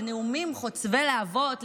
לנאומים חוצבי להבות,